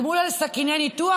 גמול על סכיני ניתוח?